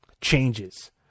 changes